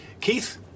Keith